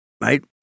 right